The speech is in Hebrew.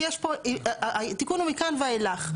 כי יש פה, התיקון הוא מכאן ואילך.